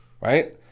Right